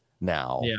now